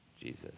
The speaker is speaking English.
Jesus